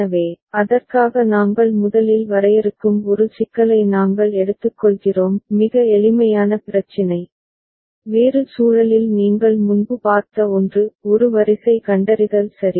எனவே அதற்காக நாங்கள் முதலில் வரையறுக்கும் ஒரு சிக்கலை நாங்கள் எடுத்துக்கொள்கிறோம் மிக எளிமையான பிரச்சினை வேறு சூழலில் நீங்கள் முன்பு பார்த்த ஒன்று ஒரு வரிசை கண்டறிதல் சரி